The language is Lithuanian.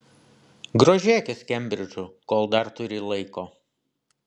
grožėkis kembridžu kol dar turi laiko